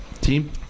team